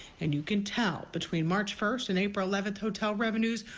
and you can tell between march first a neighbor eleventh hotel revenues,